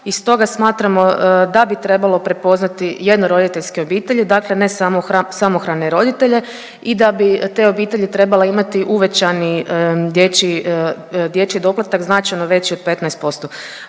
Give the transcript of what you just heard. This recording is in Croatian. i stoga smatramo da bi trebalo prepoznati jednoroditeljske obitelji, dakle ne samo samohrane roditelje i da bi te obitelji trebale imati uvećani dječji, dječji doplatak, značajno veći od 15%.